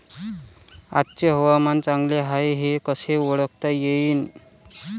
आजचे हवामान चांगले हाये हे कसे ओळखता येईन?